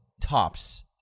tops